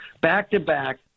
back-to-back